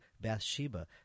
Bathsheba